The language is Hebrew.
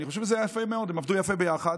ואני חושב שזה היה יפה מאוד, הם עבדו יפה ביחד.